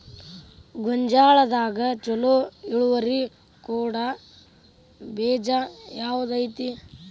ಗೊಂಜಾಳದಾಗ ಛಲೋ ಇಳುವರಿ ಕೊಡೊ ಬೇಜ ಯಾವ್ದ್ ಐತಿ?